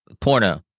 Porno